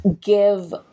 give